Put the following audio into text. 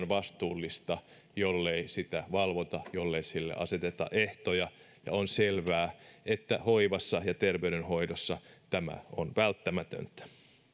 vastuullista jollei sitä valvota ja jollei sille aseteta ehtoja ja on selvää että hoivassa ja terveydenhoidossa tämä on välttämätöntä